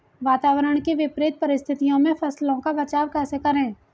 वातावरण की विपरीत परिस्थितियों में फसलों का बचाव कैसे करें?